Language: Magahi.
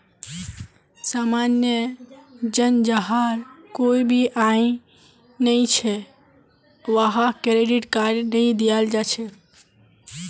सामान्य जन जहार कोई भी आय नइ छ वहाक क्रेडिट कार्ड नइ दियाल जा छेक